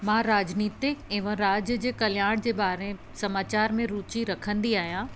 मां राजनैतिक एवं राज्य जे कल्याण जे बारे समाचार में रुची रखंदी आहियां